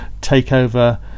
takeover